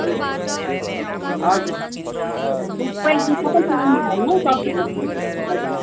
हुन्छ हजुर सबै पाइन्छ होइन तपाईँकोमा हजुर